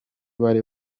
bari